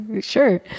Sure